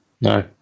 No